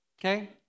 okay